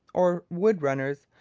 or wood-runners,